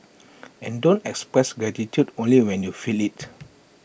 and don't express gratitude only when you feel IT